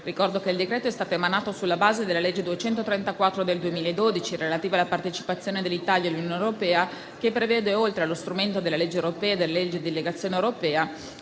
Ricordo che il decreto è stato emanato sulla base della legge n. 234 del 2012 relativo alla partecipazione dell'Italia all'Unione europea, che prevede, oltre allo strumento della legge europea e della legge di delegazione europea,